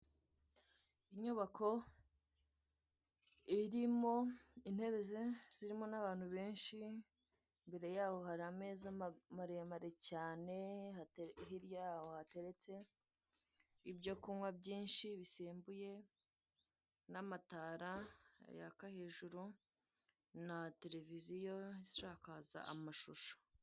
Inyubako irimo intebe ze zirimo n'abantu benshi, imbere yaho hari ameza maremare cyane, hirya yaho hateretse ibyo kunywa byinshi bisembuye n'amatara yaka hejuru na televiziyo isakaza amasusho.